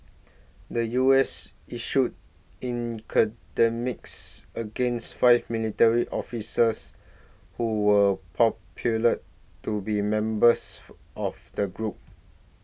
the U S issued against five military officials who were popular to be members of that group